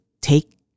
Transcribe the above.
take